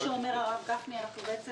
או שכפי שאומר הרב גפני, אנחנו בעצם